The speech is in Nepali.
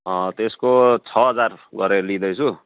त्यसको छ हजार गरेर लिँदैछु